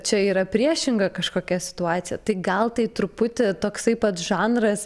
čia yra priešinga kažkokia situacija tai gal tai truputį toksai pats žanras